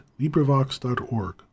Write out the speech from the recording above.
LibriVox.org